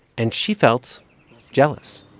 and she felt jealous